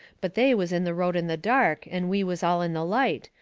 but they was in the road in the dark, and we was all in the light,